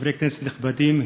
חברי כנסת נכבדים,